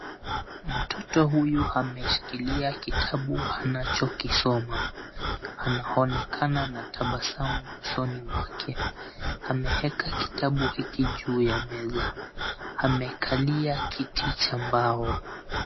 Mtoto huyu ameshikilia kitabu anachokisoma. Anaonekana na tabasamu usoni mwake. Ameeka kitabu hiki juu ya meza. Amekalia kiti cha mbao.